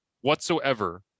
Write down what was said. whatsoever